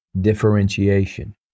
differentiation